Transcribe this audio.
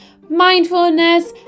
mindfulness